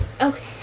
Okay